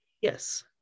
yes